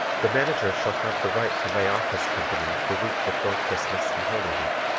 the manager shall have the right to lay off his company the week before christmas and holy week.